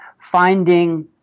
finding